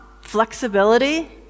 flexibility